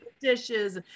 dishes